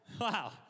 Wow